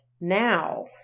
Now